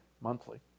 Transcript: monthly